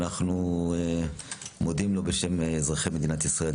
ואנחנו מודים לו בשם אזרחי מדינת ישראל.